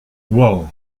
well